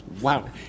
Wow